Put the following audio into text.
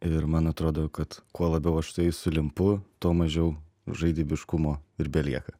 ir man atrodo kad kuo labiau su jais sulimpu tuo mažiau žaidybiškumo ir belieka